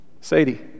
Sadie